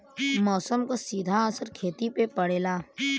मौसम क सीधा असर खेती पे पड़ेला